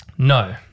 No